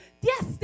yes